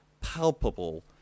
palpable